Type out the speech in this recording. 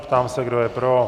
Ptám se, kdo je pro.